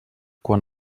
quan